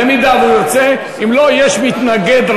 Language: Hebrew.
אם לא, יש מתנגד.